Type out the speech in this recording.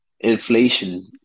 Inflation